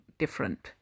different